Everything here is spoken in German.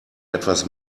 etwas